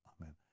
amen